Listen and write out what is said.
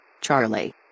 Charlie